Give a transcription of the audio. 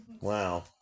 Wow